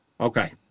Okay